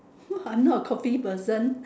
I'm not a coffee person